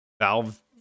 Valve